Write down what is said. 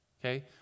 okay